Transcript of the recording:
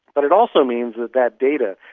but it also means that that data,